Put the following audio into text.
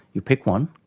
you pick one,